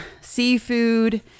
seafood